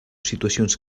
situacions